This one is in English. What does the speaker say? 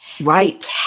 Right